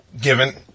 given